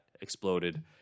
exploded